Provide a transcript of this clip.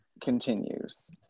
continues